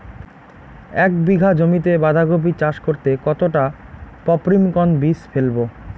এক বিঘা জমিতে বাধাকপি চাষ করতে কতটা পপ্রীমকন বীজ ফেলবো?